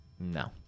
No